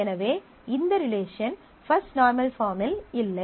எனவே இந்த relation first normal பார்மில் இல்லை